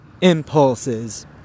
impulses